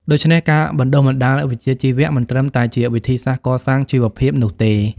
ដូច្នេះ ការបណ្តុះបណ្តាលវិជ្ជាជីវៈមិនត្រឹមតែជាវិធីសាស្រ្តកសាងជីវភាពនោះទេ។